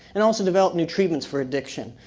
and also develop new treatments for addiction.